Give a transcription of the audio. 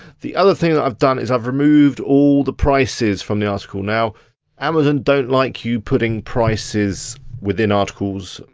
the other thing that i've done is i've removed all the prices from the article, now amazon don't like you putting prices within articles.